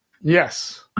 Yes